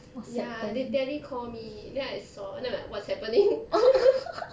ya they tele call me then I saw then I'm like what's happening